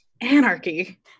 Anarchy